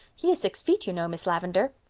he is six feet, you know, miss lavendar.